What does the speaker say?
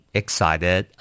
excited